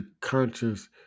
conscious